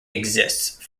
exists